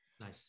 Nice